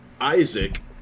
Isaac